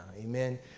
amen